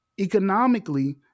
Economically